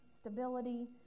stability